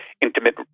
intimate